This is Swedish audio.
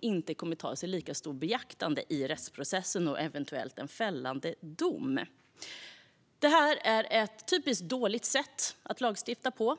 inte kommer att tas i lika stort beaktande i rättsprocessen och vid en eventuell fällande dom. Detta är ett typiskt dåligt sätt att lagstifta på.